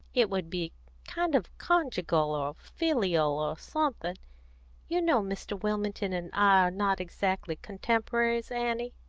it would be kind of conjugal, or filial, or something. you know mr. wilmington and i are not exactly contemporaries, annie?